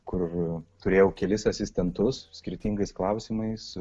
kur turėjau kelis asistentus skirtingais klausimais